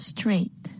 Straight